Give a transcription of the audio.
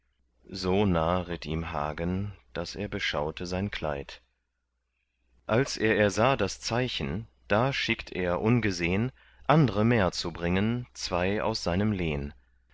so nah ritt ihm hagen daß er beschaute sein kleid als er ersah das zeichen da schickt er ungesehn andre mär zu bringen zwei aus seinem lehn